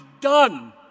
done